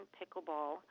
pickleball